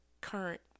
current